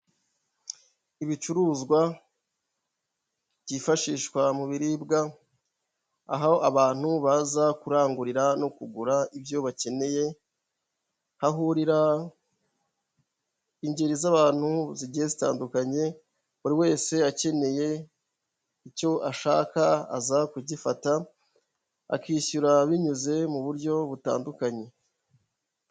Ibicuruzwa byifashishwa mu biribwa aho abantu baza kurangurira no kugura ibyo bakeneye, aho ingeri z'abantu zigiye zitandukanye buri wese akeneye icyo ashaka aza kugifata akishyura binyuze mu buryo butandukanye.